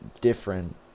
different